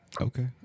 Okay